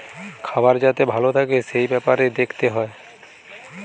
খাবার যাতে ভালো থাকে এই বেপারে দেখতে হয়